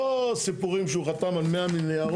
לא סיפורים שהוא חתם על 100 ניירות,